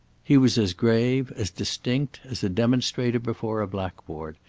he was as grave, as distinct, as a demonstrator before a blackboard,